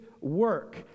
work